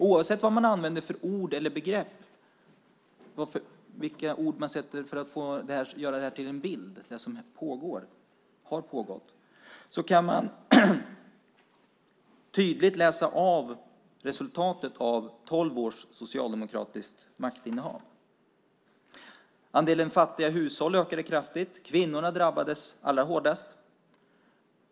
Oavsett vad man använder för ord eller begrepp för att göra detta till en bild av det som pågår och har pågått kan man tydligt läsa av resultatet av tolv års socialdemokratiskt maktinnehav. Andelen fattiga hushåll ökade kraftigt. Kvinnorna drabbades allra hårdast.